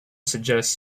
suggest